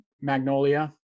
Magnolia